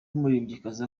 umuririmbyikazi